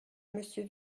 monsieur